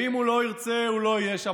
ואם הוא לא ירצה, הוא לא יהיה שם.